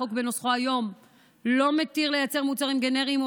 החוק בנוסחו היום לא מתיר לייצר מוצרים גנריים או